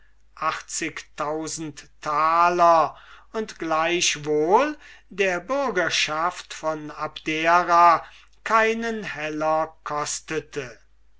und gleichwohl der bürgerschaft von abdera keinen heller koste